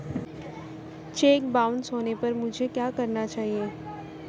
Check bounce होने पर मुझे क्या करना चाहिए?